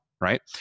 right